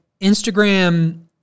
Instagram